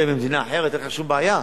ממדינה אחרת אין לך שום בעיה,